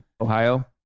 Ohio